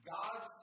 God's